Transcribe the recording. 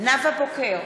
נאוה בוקר,